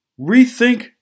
rethink